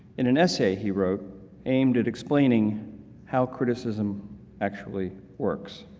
in an essay he wrote aimed at explaining how criticism actually works.